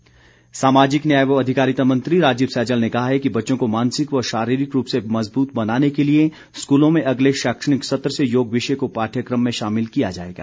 सैजल सामाजिक न्याय व अधिकारिता मंत्री राजीव सैजल ने कहा है कि बच्चों को मानसिक व शारीरिक रूप से मजबूत बनाने के लिए स्कूलों में अगले शैक्षणिक सत्र से योग विषय को पाढयक्रम में शामिल किया जाएगा